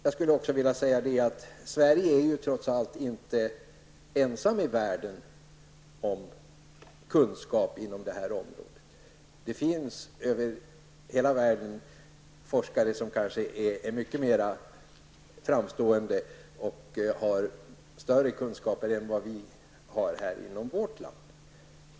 Jag skulle också vilja säga att Sverige trots allt inte är ensamt i världen om kunskap inom det här området. Det finns över hela världen forskare som kanske är mycket mer framstående och har större kunskaper än vi har i vårt land.